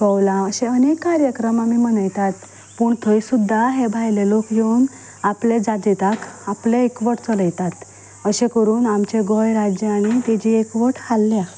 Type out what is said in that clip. कवलां अशे अनेक कार्यक्रम आमी मनयतात पूण थंय सुद्दा हे भायले लोक येवून आपले आपले एकवठ चलयतात अशें करून आमचें गोयं राज्य आनी ताजी एकवठ हाल्ल्या